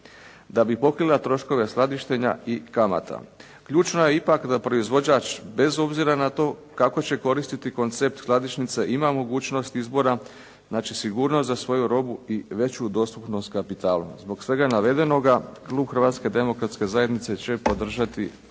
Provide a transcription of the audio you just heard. da bi pokrila troškove skladištenja i kamata. Ključno je ipak da proizvođač bez obzira na to kako će koristiti koncept skladišnice ima mogućnosti izbora, znači sigurnost za svoju robu i veću dostupnost kapitala. Zbog svega navedenoga klub Hrvatske demokratske zajednice će podržati